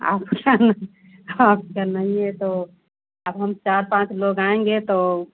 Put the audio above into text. आपका ना आपका नहीं है तो अब हम चार पाँच लोग आएंगे तो